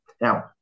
Now